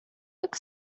look